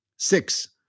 Six